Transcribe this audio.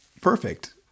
perfect